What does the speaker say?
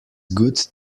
good